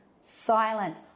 silent